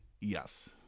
yes